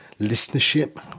listenership